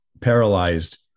paralyzed